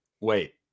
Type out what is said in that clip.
Wait